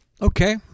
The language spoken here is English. Okay